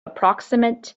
approximate